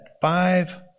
five